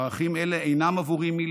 ערכים אלה אינם מילים עבורי,